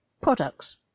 Products